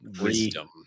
wisdom